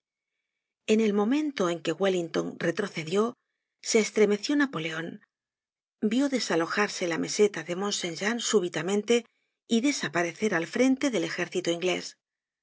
en el momento en que wellington retrocedió se estremeció napoleon vió desalojarsela meseta de mont saint jean súbitamente y des aparecer el frente del ejército inglés